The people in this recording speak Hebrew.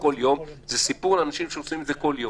זה סיפור לאנשים שעושים את זה כל יום.